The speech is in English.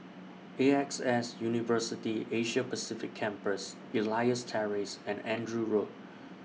A X S University Asia Pacific Campus Elias Terrace and Andrew Road